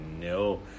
no